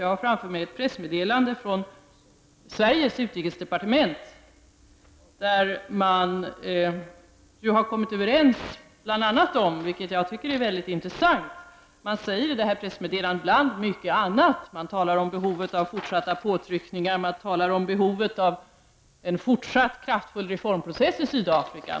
Jag har framför mig ett pressmeddelande från Sveriges utrikesdepartement där man, vilket jag tycker är intressant, bland mycket annat talar om behovet av fortsatta påtryckningar, man talar om en fortsatt kraftfull reformprocess i Sydafrika.